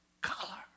color